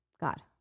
God